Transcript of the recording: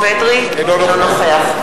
- אינו נוכח.